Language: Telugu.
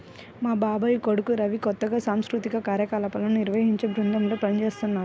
మా బాబాయ్ కొడుకు రవి కొత్తగా సాంస్కృతిక కార్యక్రమాలను నిర్వహించే బృందంలో పనిజేత్తన్నాడు